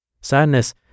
Sadness